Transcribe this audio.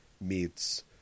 meets